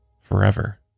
forever